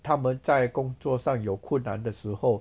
他们在工作上有困难的时候